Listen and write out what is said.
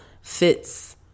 fits